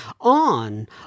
on